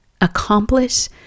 accomplish